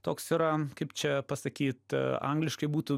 toks yra kaip čia pasakyt angliškai būtų